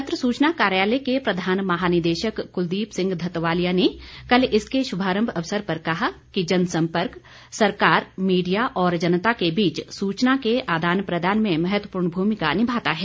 पत्र सूचना कार्यालय के प्रधान महानिदेशक कूलदीप सिंह धतवालिया ने कल इसके शुभारंभ अवसर पर कहा कि जन सम्पर्क सरकार मीडिया और जनता के बीच सूचना के आदान प्रदान में महत्त्वपूर्ण भूमिका निभाता है